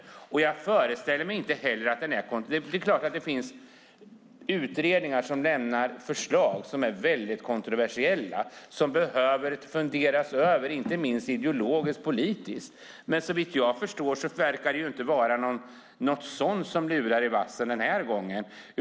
Det är klart att man behöver tid att fundera, inte minst ideologiskt och politiskt, när utredningar lägger fram förslag som är kontroversiella, men det verkar ju inte vara något sådant som lurar i vassen den här gången.